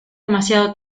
demasiado